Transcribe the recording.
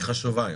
היא חשובה.